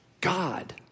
God